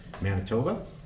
Manitoba